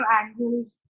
angles